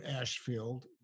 Ashfield